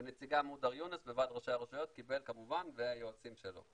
גם מודר יונס מוועד ראשי הרשויות קיבל כמובן והיועצים שלו.